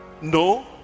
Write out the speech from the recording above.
No